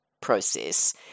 process